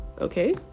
okay